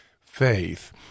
faith